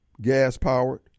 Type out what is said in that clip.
gas-powered